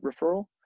referral